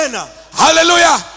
Hallelujah